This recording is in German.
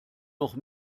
noch